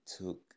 took